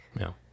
No